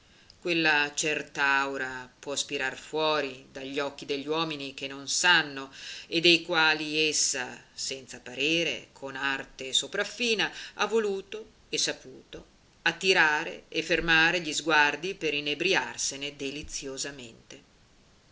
denti quella cert'aura può spirar fuori dagli occhi degli uomini che non sanno e dei quali essa senza parere con arte sopraffina ha voluto e saputo attirare e fermare gli sguardi per inebriarsene deliziosamente